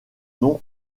nom